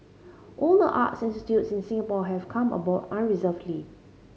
all the art institutes in Singapore have come aboard unreservedly